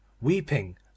WEEPING